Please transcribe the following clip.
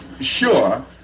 sure